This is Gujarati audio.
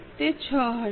તે 6 હશે